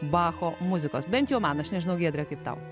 bacho muzikos bent jau man aš nežinau giedre kaip tau